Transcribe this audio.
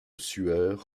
sueur